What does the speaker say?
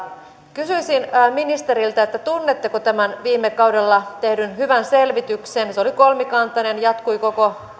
kysyisin ministeriltä tunnetteko tämän viime kaudella tehdyn hyvän selvityksen se oli kolmikantainen jatkui koko